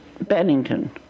Bennington